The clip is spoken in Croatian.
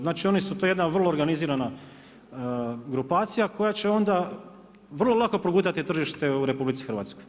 Znači oni su, to je jedna vrlo organizirana grupacija koja će onda vrlo lako progutati tržište u RH.